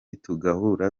tugahura